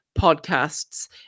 Podcasts